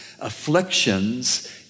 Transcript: afflictions